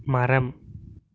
மரம்